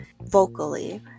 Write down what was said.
vocally